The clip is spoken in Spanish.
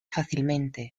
fácilmente